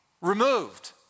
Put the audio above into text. removed